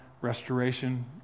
restoration